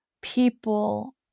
people